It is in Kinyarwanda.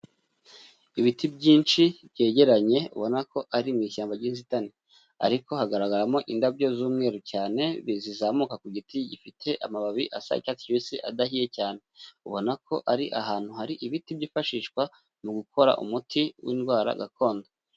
Ibiti byinshi byegeranye ubona ko ari mu ishyamba ry'inzitane ariko hagaragaramo indabyo z'umweru cyane zizamuka ku giti gifite amababi asa icyatsi kibisi adahiye cyane, ubona ko ari ahantu hari ibiti byifashishwa mu gukora umuti w'indwara gakondo.